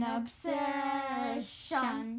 obsession